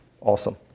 Awesome